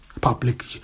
public